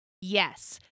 Yes